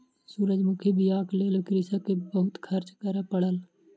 सूरजमुखी बीयाक लेल कृषक के बहुत खर्च करअ पड़ल